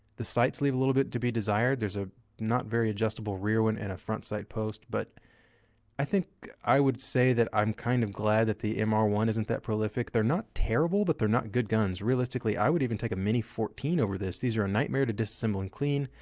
the sights leave a little bit to be desired. there's a not very adjustable rear one and a front sight post, but i think i would say that i'm kind of glad that the m r one isn't that prolific. they're not terrible, but they're not good guns. realistically, i would even take a mini fourteen over this. these are a nightmare to disassemble and clean.